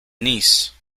niece